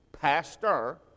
pastor